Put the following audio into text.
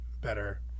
better